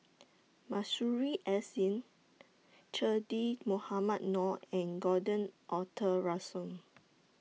Masuri S N Che Dah Mohamed Noor and Gordon Arthur Ransome